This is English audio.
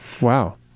wow